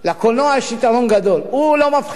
לקולנוע יש יתרון גדול, הוא לא מבחין.